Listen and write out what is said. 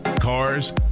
cars